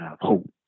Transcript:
hope